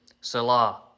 Salah